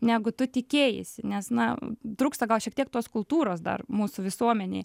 negu tu tikėjaisi nes na trūksta gal šiek tiek tos kultūros dar mūsų visuomenėj